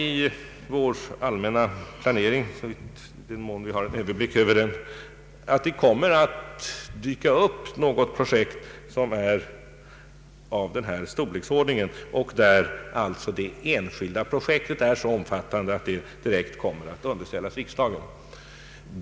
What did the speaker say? I vår allmänna planering — i den mån vi har en överblick över den — kan jag icke se att det dyker upp något annat projekt som är av denna storleksordning och så omfattande att det direkt kommer att underställas riksdagen.